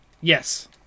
yes